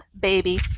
baby